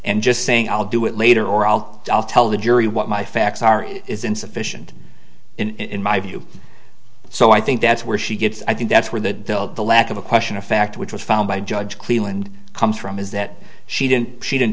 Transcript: and just saying i'll do it later or i'll tell the jury what my facts are is insufficient in my view so i think that's where she gets i think that's where the the lack of a question of fact which was found by judge cleveland comes from is that she didn't she didn't